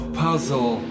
puzzle